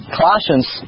Colossians